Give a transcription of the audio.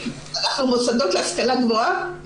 ואנחנו מוסדות להשכלה גבוהה.